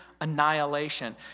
annihilation